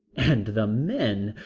and the men!